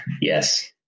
Yes